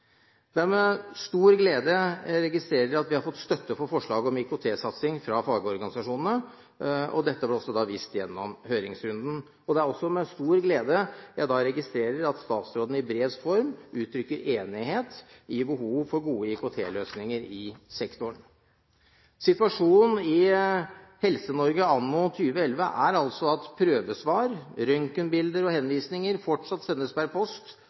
Det er med stor glede jeg registrerer at vi har fått støtte for forslaget om en IKT-satsing fra fagorganisasjonene. Dette var også vist gjennom høringsrunden. Det er også med stor glede jeg registrerer at statsråden i brevs form uttrykker enighet om behovet for gode IKT-løsninger i sektoren. Situasjonen i Helse-Norge anno 2011 er altså at prøvesvar, røntgenbilder og henvisninger fortsatt sendes per post